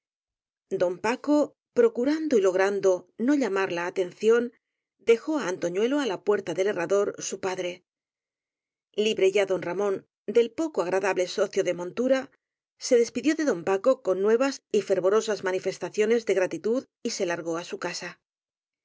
don paco procurando y logrando no llamar la atención dejó á antoñuelo á la puerta del herra dor su padre libre ya don ramón del poco agra dable socio de montura se despidió de don paco con nuevas y fervorosas manifestaciones de grati tud y se largó á su casa